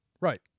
Right